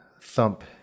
Thump